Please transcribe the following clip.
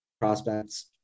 prospects